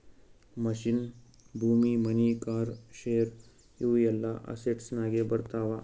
machine, ಭೂಮಿ, money, car, share ಇವು ಎಲ್ಲಾ ಅಸೆಟ್ಸನಾಗೆ ಬರ್ತಾವ